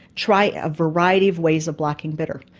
try a variety of ways of blocking bitter.